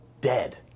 dead